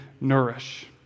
nourish